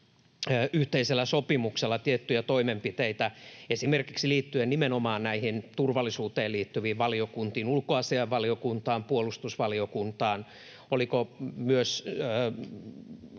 yhteisellä sopimuksella tiettyjä toimenpiteitä liittyen esimerkiksi nimenomaan näihin turvallisuuteen liittyviin valiokuntiin, ulkoasiainvaliokuntaan, puolustusvaliokuntaan, oliko myös